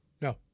No